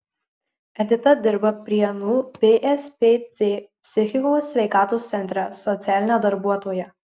edita dirba prienų pspc psichikos sveikatos centre socialine darbuotoja